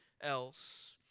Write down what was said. else